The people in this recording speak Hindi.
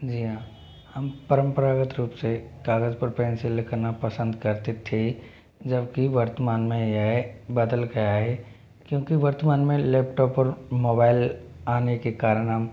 जी हाँ हम परंपरागत रूप से कागज़ पर पेन से लिखना पसंद करते थे जबकि वर्तमान में यह बदल गया है क्योंकि वर्तमान में लैपटॉप और मोबाईल आने के कारण हम